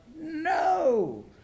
No